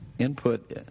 input